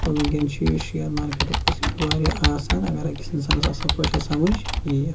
اور وُنکٮ۪ن چھُ یہِ شِیر مارکیٚٹُک قصہٕ چھُ واریاہ آسان اگر أکِس اِنسانَس اَصٕل پٲٹھۍ یہِ سَمجھ یِیہِ